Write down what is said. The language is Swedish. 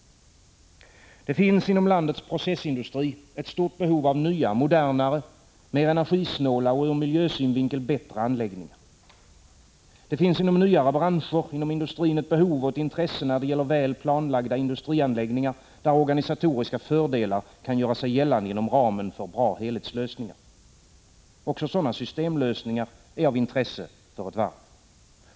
Det finns inom landets processindustri ett stort behov av nya modernare, mer energisnåla och ur miljösynvinkel bättre anläggningar. Det finns inom nyare branscher inom industrin ett behov och ett intresse när det gäller väl planlagda industrianläggningar, där organisatoriska fördelar kan göra sig gällande inom ramen för bra helhetslösningar. Också sådana systemlösningar är av intresse för ett varv.